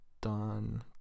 done